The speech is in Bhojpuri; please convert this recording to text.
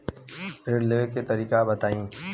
ऋण लेवे के तरीका बताई?